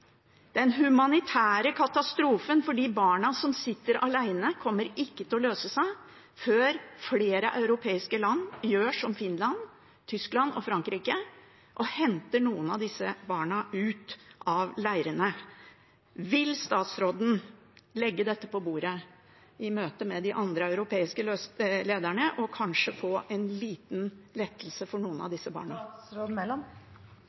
Den humanitære katastrofen for de barna som sitter alene, kommer ikke til å løse seg før flere europeiske land gjør som Finland, Tyskland og Frankrike og henter noen av disse barna ut av leirene. Vil statsråden legge dette på bordet i møte med de andre europeiske lederne og kanskje få til en liten lettelse for noen av